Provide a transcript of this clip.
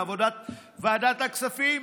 מעבודת ועדת הכספים.